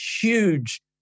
huge